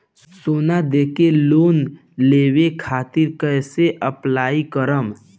सोना देके लोन लेवे खातिर कैसे अप्लाई करम?